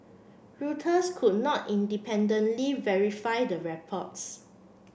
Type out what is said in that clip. Reuters could not independently verify the reports